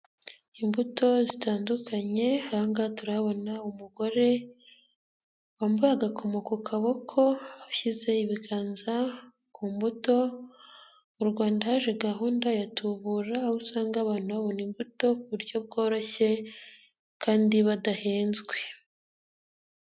Imbuto zitandukanye, aha ngaha turahabona umugore wambaye agakomo ku kaboko ashyize ibiganza ku mbuto, mu Rwanda haje gahunda ya tubura aho usanga abantu babona imbuto ku buryo bworoshye kandi badahenzwe.